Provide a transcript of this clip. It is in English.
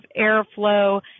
airflow